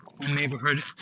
neighborhood